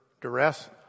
duress